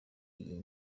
iyi